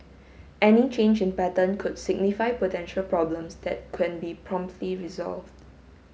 any change in pattern could signify potential problems that can be promptly resolved